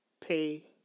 pay